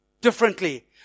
differently